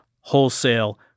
wholesale